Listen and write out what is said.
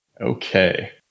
Okay